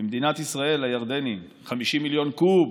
במדינת ישראל, לירדנים, 50 מיליון קוב